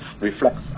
reflects